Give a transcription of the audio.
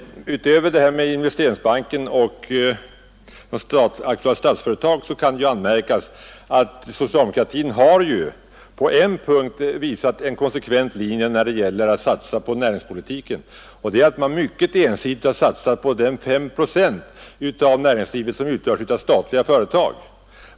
Det kan anmärkas att socialdemokratin på en punkt följt en konsekvent linje när det gäller näringspolitiken, och det är att man förutom inrättandet av Investeringsbanken och Statsföretag AB har satsat mycket ensidigt på de 5 procent av näringslivet som utgörs av statliga företag.